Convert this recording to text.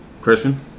Christian